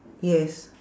yes